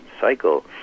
cycle